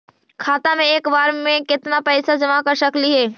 खाता मे एक बार मे केत्ना पैसा जमा कर सकली हे?